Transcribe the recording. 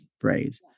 phrase